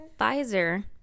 Pfizer